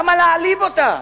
למה להעליב אותם?